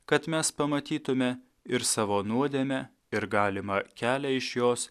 kad mes pamatytume ir savo nuodėmę ir galimą kelią iš jos